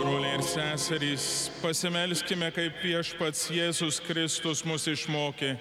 broliai ir seserys pasimelskime kaip viešpats jėzus kristus mus išmokė